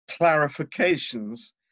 clarifications